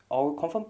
orh we confirm